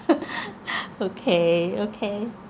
okay okay